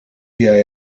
jij